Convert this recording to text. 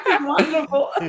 wonderful